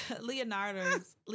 Leonardo's